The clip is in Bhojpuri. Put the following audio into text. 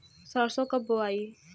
सरसो कब बोआई?